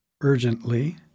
urgently